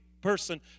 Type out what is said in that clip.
person